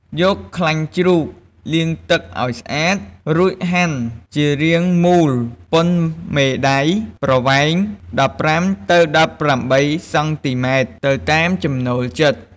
យកខ្លាញ់ជ្រូកលាងទឹកឱ្យស្អាត រួចហាន់ជារៀងមូលប៉ុនមេដៃប្រវែង ១៥ ទៅ ១៨ សង់ទីម៉ែត្រ ទៅតាមចំណូលចិត្ត។